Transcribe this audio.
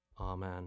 Amen